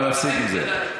אבל להפסיק עם זה.